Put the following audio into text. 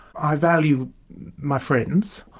i value my friends,